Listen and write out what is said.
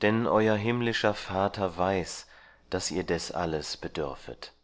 denn euer himmlischer vater weiß daß ihr des alles bedürfet